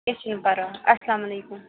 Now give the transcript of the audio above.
کیٚنٛہہ چھُنہ پرواے اسلامُ علیکم